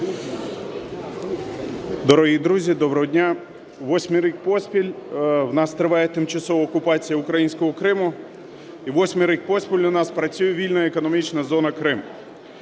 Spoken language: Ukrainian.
Дорогі друзі, доброго дня! Восьмий рік поспіль в нас триває тимчасова окупація українського Криму і восьмий рік поспіль в нас працює вільна економічна зона "Крим".